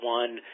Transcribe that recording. one